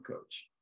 coach